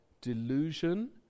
delusion